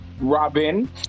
Robin